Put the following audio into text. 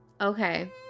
Okay